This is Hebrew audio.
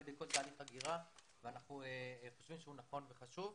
בכל תהליך הגירה ואנחנו חושבים שהוא נכון וחשוב.